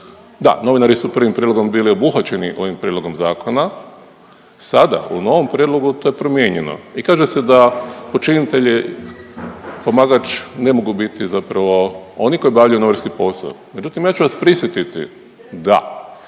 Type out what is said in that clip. Da, novinari su prvim prijedlogom bili obuhvaćeni ovim prijedlogom zakona, sada u novom prijedlogu to je promijenjeno i kaže se da počinitelj i pomagač ne mogu biti zapravo oni koji obavljaju novinarski posao. Međutim, ja ću vas prisjetiti da